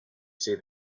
see